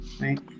right